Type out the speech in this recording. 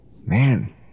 Man